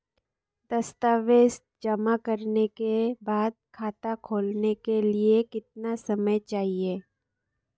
दस्तावेज़ जमा करने के बाद खाता खोलने के लिए कितना समय चाहिए?